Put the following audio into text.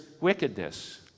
wickedness